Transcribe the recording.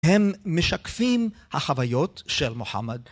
הם משקפים החוויות של מוחמד.